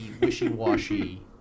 wishy-washy